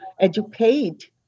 educate